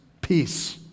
peace